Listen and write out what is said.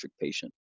patient